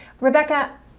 Rebecca